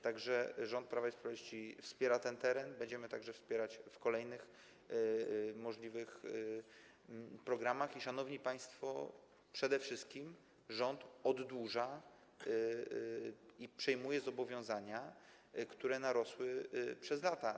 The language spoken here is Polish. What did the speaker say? Tak że rząd Prawa i Sprawiedliwości wspiera ten teren, będziemy także wspierać w kolejnych możliwych programach i, szanowni państwo, przede wszystkim rząd oddłuża i przejmuje zobowiązania, które narosły przez lata.